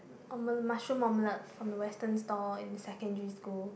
ome~ mushroom omelette from the western stall in secondary school